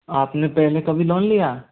आपने पहले कभी लौन लिया